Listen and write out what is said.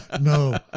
no